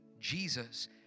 Jesus